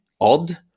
odd